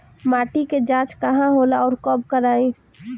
माटी क जांच कहाँ होला अउर कब कराई?